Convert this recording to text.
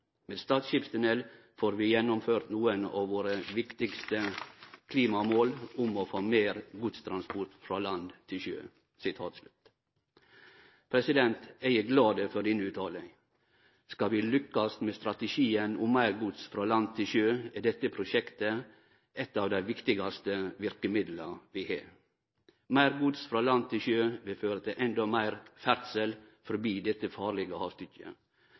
Med Stad skipstunnel får vi gjennomført nokre av dei viktigaste klimamåla våre om å få meir av godstransporten over frå land til sjø. Eg er glad for denne utsegna. Skal vi lukkast med strategien om meir gods frå land til sjø, er dette prosjektet eit av dei viktigaste verkemidla vi har. Meir gods frå land til sjø vil føre til endå meir ferdsel forbi dette farlege havstykket.